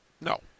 No